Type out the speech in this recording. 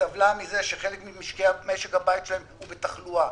סבלה מזה שחלק ממשקי הבית שלהם הוא בתחלואה,